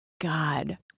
God